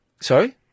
Sorry